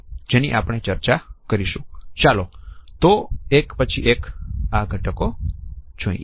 જેની આપણે ચર્ચા કરીશું ચાલો તો એક પછી એક ઘટકો જોઈએ